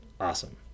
awesome